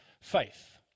faith